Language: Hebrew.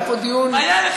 היה פה דיון, מה שכואב.